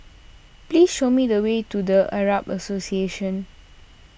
please show me the way to the Arab Association